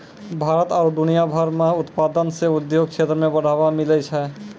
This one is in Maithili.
भारत आरु दुनिया भर मह उत्पादन से उद्योग क्षेत्र मे बढ़ावा मिलै छै